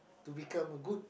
to become a good